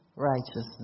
Righteousness